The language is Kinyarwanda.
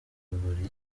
buri